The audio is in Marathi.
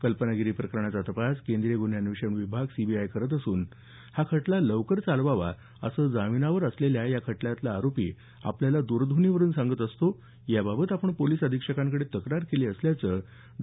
कल्पना गिरी प्रकरणाचा तपास केंद्रीय गुन्हे अन्वेषण सी बी आय करत असून हा खटला लवकर चालवावा असं जामीनावर असलेला या खटल्यातल्या आरोपी आपल्याला द्रध्वनीवरून सांगत असतो याबाबत आपण पोलिस अधिक्षकांकडे तक्रार केली असल्याचं डॉ